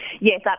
Yes